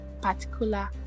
particular